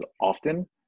often